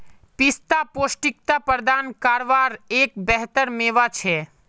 पिस्ता पौष्टिकता प्रदान कारवार एक बेहतर मेवा छे